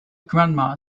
grandma